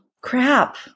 crap